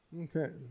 Okay